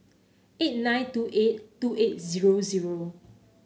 eight nine two eight two eight zero zero